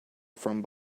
from